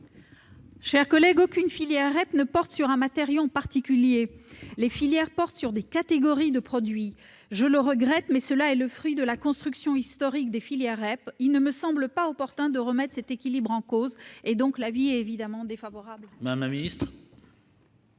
Cher collègue, aucune filière REP ne porte sur un matériau en particulier : les filières portent sur des catégories de produits. Je le regrette, mais cela est le fruit de la construction historique des filières REP. Il ne me semble pas opportun de remettre cet équilibre en cause. L'avis est évidemment défavorable. Quel est